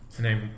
name